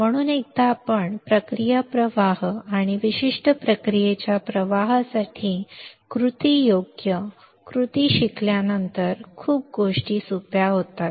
म्हणून एकदा आपण प्रक्रिया प्रवाह आणि विशिष्ट प्रक्रियेच्या प्रवाहासाठी कृती योग्य कृती शिकल्यानंतर गोष्टी खूप सोप्या होतात